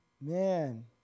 man